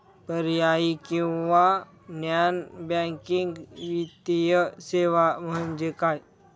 पर्यायी किंवा non banking वित्तीय सेवा म्हणजे काय?